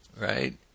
right